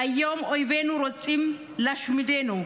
היום אויבינו רוצים להשמידנו.